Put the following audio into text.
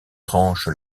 tranche